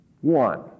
one